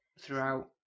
throughout